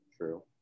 True